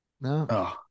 no